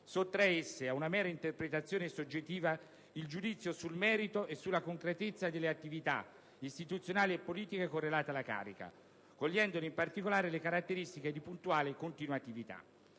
sottraesse a una mera interpretazione soggettiva il giudizio sul merito e sulla concretezza delle attività istituzionali e politiche correlate alla carica, cogliendone, in particolare, le caratteristiche di puntale continuatività.